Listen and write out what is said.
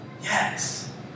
yes